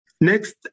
Next